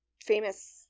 famous